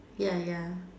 ya ya